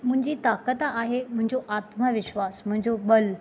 मुंहिंजी ताक़ति आहे मुंहिंजो आत्मविश्वास मुंहिंजो ब॒ल